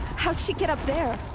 how'd she get up there?